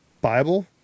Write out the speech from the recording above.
Bible